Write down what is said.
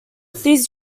these